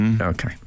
Okay